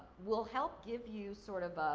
will help give you, sort of,